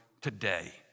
today